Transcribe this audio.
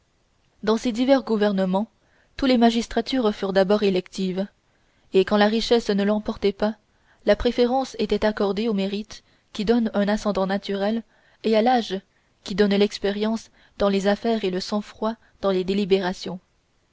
dans ces divers gouvernements toutes les magistratures furent d'abord électives et quand la richesse ne l'emportait pas la préférence était accordée au mérite qui donne un ascendant naturel et à l'âge qui donne l'expérience dans les affaires et le sang-froid dans les délibérations